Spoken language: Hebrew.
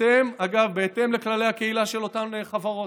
אגב, בהתאם לכללי הקהילה של אותן חברות.